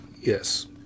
Yes